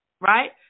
right